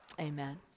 Amen